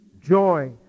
joy